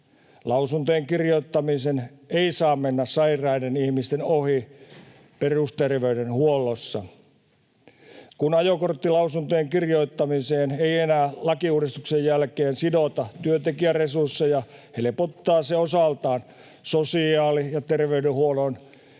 Lausuntojen kirjoittaminen ei saa mennä sairaiden ihmisten ohi perusterveydenhuollossa. Kun ajokorttilausuntojen kirjoittamiseen ei enää lakiuudistuksen jälkeen sidota työntekijäresursseja, helpottaa se osaltaan sosiaali- ja terveydenhuollon